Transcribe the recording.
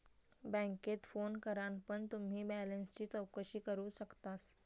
बॅन्केत फोन करान पण तुम्ही बॅलेंसची चौकशी करू शकतास